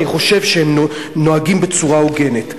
אני חושב שהם נוהגים בצורה הוגנת.